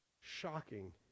shocking